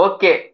Okay